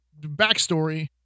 backstory